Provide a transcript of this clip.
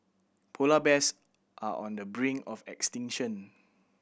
polar bears are on the brink of extinction